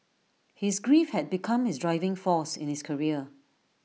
his grief had become his driving force in his career